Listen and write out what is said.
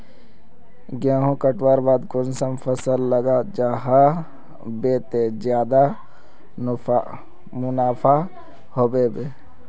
गेंहू कटवार बाद कुंसम फसल लगा जाहा बे ते ज्यादा मुनाफा होबे बे?